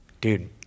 dude